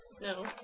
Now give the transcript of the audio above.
No